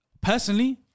Personally